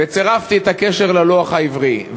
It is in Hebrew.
וצירפתי את הקשר ללוח העברי.